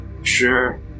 Sure